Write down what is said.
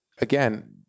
again